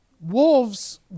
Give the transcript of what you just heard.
Wolves